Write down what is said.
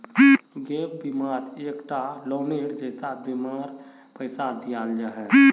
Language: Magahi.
गैप बिमात एक टा लोअनेर जैसा बीमार पैसा दियाल जाहा